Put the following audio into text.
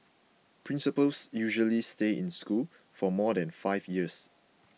principals usually stay in a school for more than five years